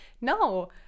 no